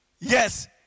Yes